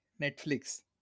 Netflix